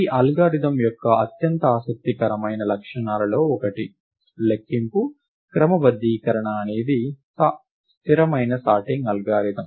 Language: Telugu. ఈ అల్గోరిథం యొక్క అత్యంత ఆసక్తికరమైన లక్షణాలలో ఒకటి లెక్కింపు క్రమబద్ధీకరణ అనేది స్థిరమైన సార్టింగ్ అల్గోరిథం